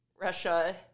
Russia